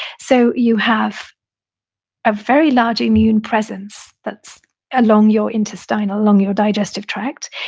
so you have a very large immune presence that's along your intestinal, along your digestive tract.